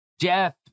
jeff